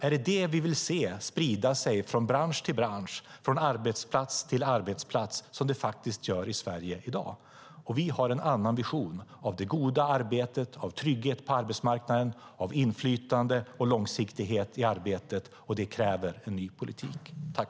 Är det det vi vill se sprida sig från bransch till bransch, från arbetsplats till arbetsplats, vilket faktiskt är fallet i Sverige i dag? Vi har en annan vision av det goda arbetet, av trygghet på arbetsmarknaden och av inflytande och långsiktighet i arbetet, och det kräver en ny politik.